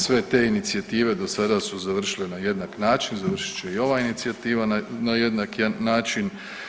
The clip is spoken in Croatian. Sve te inicijative do sada su završile na jednak način, završit će i ova inicijativa na jednak način.